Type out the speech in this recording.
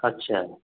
अच्छा